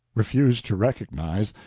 refused to recognize,